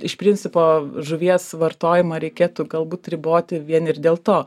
iš principo žuvies vartojimą reikėtų galbūt riboti vien ir dėl to